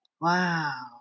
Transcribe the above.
Wow